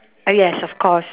uh yes of course